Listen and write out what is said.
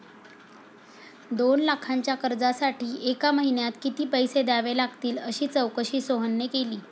दोन लाखांच्या कर्जासाठी एका महिन्यात किती पैसे द्यावे लागतील अशी चौकशी सोहनने केली